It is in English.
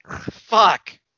Fuck